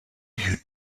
you